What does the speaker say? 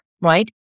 right